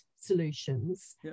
solutions